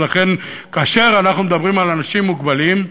ולכן, כאשר אנחנו מדברים על אנשים מוגבלים,